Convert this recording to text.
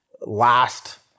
last